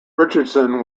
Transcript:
richardson